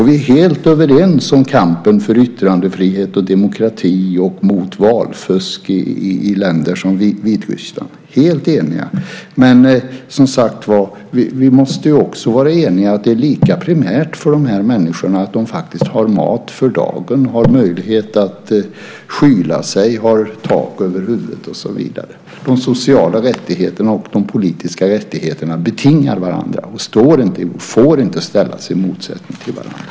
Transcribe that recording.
Vi är helt överens om kampen för yttrandefrihet och demokrati och mot valfusk i länder som Vitryssland. Vi är helt eniga. Men vi måste också vara eniga om att det är lika primärt för dessa människor att de faktiskt har mat för dagen, möjlighet att skyla sig, har tak över huvudet, och så vidare. De sociala rättigheterna och de politiska rättigheterna betingar varandra och får inte ställas i motsättning till varandra.